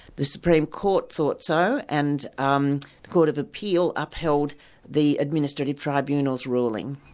the supreme court thought so, and um the court of appeal upheld the administrative tribunal's ruling.